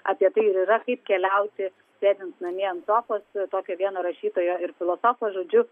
apie tai ir yra kaip keliauti sėdint namie ant sofos tokio vieno rašytojo ir filosofo žodžiu